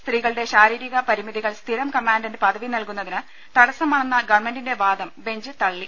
സ്ത്രീകളുടെ ശാരീ രിക പരിമിതികൾ സ്ഥിരം കമ്മീഷൻഡ് പദവി നൽകുന്നതിന് തടസ്റ്റമാണെന്ന ഗവൺമെന്റിന്റെ വാദം ബെഞ്ച് തള്ളി